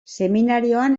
seminarioan